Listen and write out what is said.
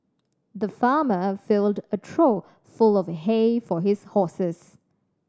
the farmer filled a trough full of hay for his horses